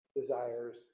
desires